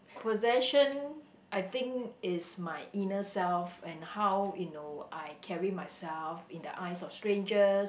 possession I think is my inner self and how you know I carry myself in the eyes of strangers